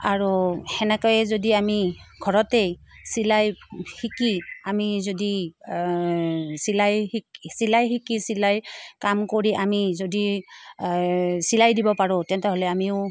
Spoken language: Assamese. আৰু সেনেকৈয়ে যদি আমি ঘৰতেই চিলাই শিকি আমি যদি চিলাই শিকি চিলাই শিকি চিলাইৰ কাম কৰি আমি যদি চিলাই দিব পাৰোঁ তেনেহ'লে আমিও